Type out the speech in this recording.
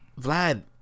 Vlad